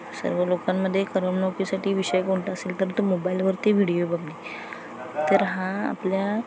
सर्व लोकांमध्ये करमणुकीसाठी विषय कोणतं असेल तर तो मोबाईलवरती व्हिडिओ बघणे तर हा आपल्या